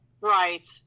Right